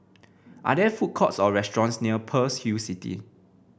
are there food courts or restaurants near Pearl's Hill City